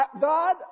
God